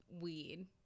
weed